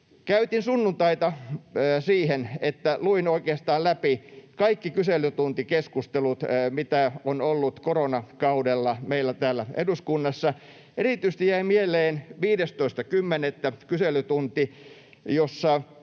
Käytin sunnuntaita siihen, että luin oikeastaan läpi kaikki kyselytuntikeskustelut, mitä on ollut koronakaudella meillä täällä eduskunnassa. Erityisesti jäi mieleen 15.10. kyselytunti, jossa